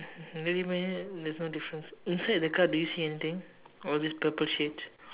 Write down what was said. anyway there's no difference inside the car do you see anything all these purple shades